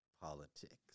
politics